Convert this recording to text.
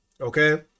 okay